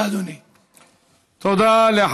תודה, אדוני.